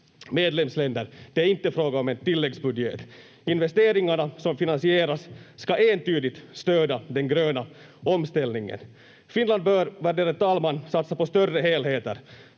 medlemsländer. Det är inte fråga om en tilläggsbudget. Investeringarna som finansieras ska entydigt stödja den gröna omställningen. Finland bör, värderade talman, satsa på större helheter.